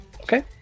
okay